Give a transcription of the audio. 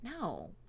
No